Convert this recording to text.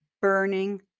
burning